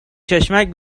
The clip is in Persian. چشمک